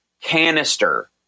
canister